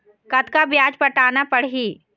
कतका ब्याज पटाना पड़ही?